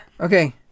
Okay